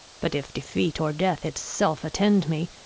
but if defeat, or death it self attend me,